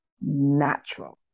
natural